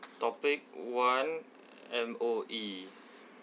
topic one M_O_E